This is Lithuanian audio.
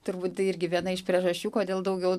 turbūt tai irgi viena iš priežasčių kodėl daugiau